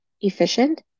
efficient